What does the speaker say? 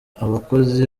abakozi